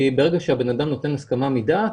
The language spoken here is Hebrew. כי ברגע שבן אדם נותן הסכמה מדעת,